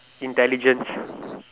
intelligence